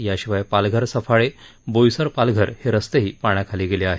याशिवाय पालघर सफाळे बोईसर पालघर हे रस्तेही पाण्याखाली गेले आहेत